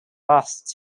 lost